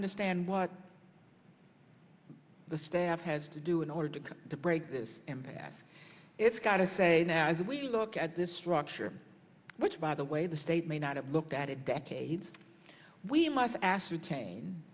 understand what the staff has to do in order to come to break this impasse it's got to say now as we look at this structure which by the way the state may not have looked at it decades we must ascertain